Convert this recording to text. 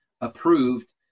approved